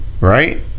right